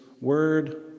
word